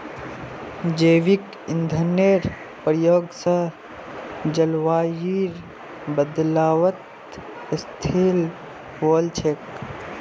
जैविक ईंधनेर प्रयोग स जलवायुर बदलावत स्थिल वोल छेक